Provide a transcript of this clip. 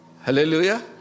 Hallelujah